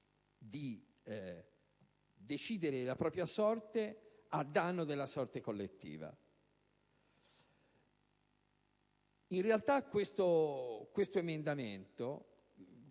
di decidere la propria sorte a danno della sorte collettiva. In realtà, quell'emendamento